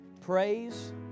Praise